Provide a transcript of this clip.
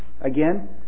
again